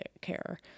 care